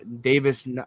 Davis